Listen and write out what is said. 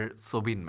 ah sober